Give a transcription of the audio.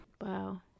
Wow